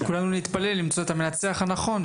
כולנו נתפלל למצוא את המנצח הנכון,